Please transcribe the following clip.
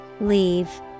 Leave